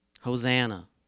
Hosanna